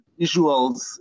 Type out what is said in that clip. visuals